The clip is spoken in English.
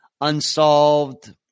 unsolved